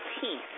peace